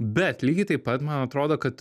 bet lygiai taip pat man atrodo kad